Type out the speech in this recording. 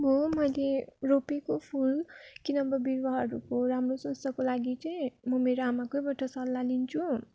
म मैले रोपेको फुल कि नभए बिरुवाहरूको राम्रो स्वस्थको लागि चाहिँ म मेरो आमाकैबाट सल्लाह लिन्छु